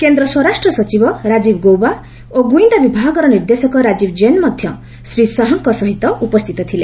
କେନ୍ଦ୍ର ସ୍ୱରାଷ୍ଟ ସଚିବ ରାଜୀବ ଗୌବା ଓ ଗ୍ରଇନ୍ଦା ବିଭାଗର ନିର୍ଦ୍ଦେଶକ ରାଜୀବ କ୍ଜେନ ମଧ୍ୟ ଶ୍ରୀ ଶାହାଙ୍କ ସହିତ ଉପସ୍ଥିତ ଥିଲେ